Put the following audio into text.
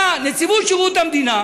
באה נציבות שירות המדינה,